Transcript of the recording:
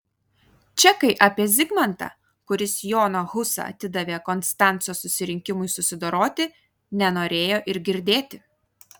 čekai apie zigmantą kuris joną husą atidavė konstanco susirinkimui susidoroti nenorėjo ir girdėti